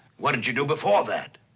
what did you do before that?